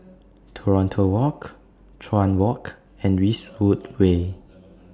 Toronto Road Chuan Walk and Eastwood Way